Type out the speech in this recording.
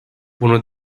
bunu